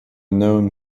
known